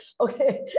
Okay